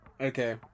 Okay